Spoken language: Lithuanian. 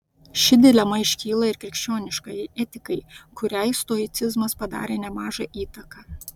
ši dilema iškyla ir krikščioniškajai etikai kuriai stoicizmas padarė nemažą įtaką